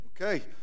okay